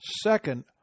second